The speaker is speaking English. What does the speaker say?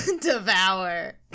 devour